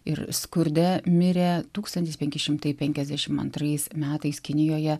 ir skurde mirė tūkstantis penki šimtai penkiasdešim antrais metais kinijoje